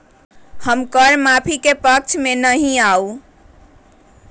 हम कर माफी के पक्ष में ना ही याउ